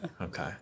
Okay